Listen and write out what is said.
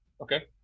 okay